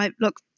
look